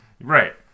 Right